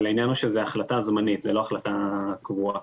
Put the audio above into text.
העניין שזה החלטה זמנית, לא החלטה קבועה.